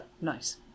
nice